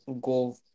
go